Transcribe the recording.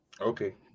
Okay